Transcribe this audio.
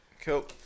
cool